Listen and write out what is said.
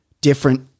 different